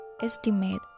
estimate